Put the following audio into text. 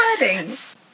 Weddings